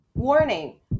Warning